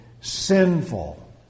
sinful